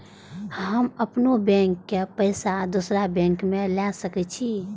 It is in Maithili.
हम अपनों बैंक के पैसा दुसरा बैंक में ले सके छी?